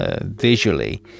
visually